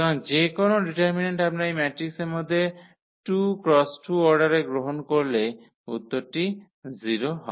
সুতরাং যে কোনও ডিটারমিন্যান্ট আমরা এই ম্যাট্রিক্সের মধ্যে 2 × 2 অর্ডারে গ্রহণ করলে উত্তরটি 0 হয়